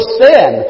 sin